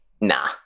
Nah